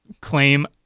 claim